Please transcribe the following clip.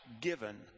given